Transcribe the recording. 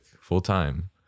full-time